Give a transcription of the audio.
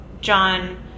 John